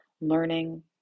learning